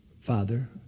Father